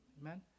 Amen